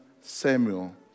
Samuel